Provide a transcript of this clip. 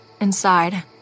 Inside